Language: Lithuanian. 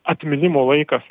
atminimo laikas